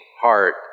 heart